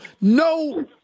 no